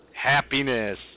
happiness